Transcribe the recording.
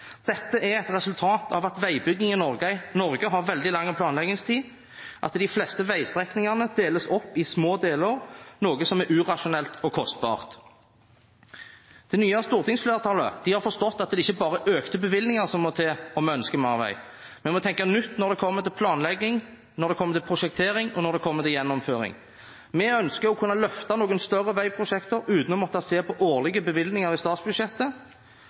Dette er et resultat av at veibygging i Norge har veldig lang planleggingstid, og at de fleste veistrekningene deles opp i små deler, noe som er urasjonelt og kostbart. Det nye stortingsflertallet har forstått at det ikke bare er økte bevilgninger som må til om vi ønsker mer vei, vi må tenke nytt når det kommer til planlegging, når det kommer til prosjektering, og når det kommer til gjennomføring. Vi ønsker å kunne løfte noen større veiprosjekter, uten å måtte se på årlige bevilgninger i statsbudsjettet.